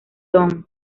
dong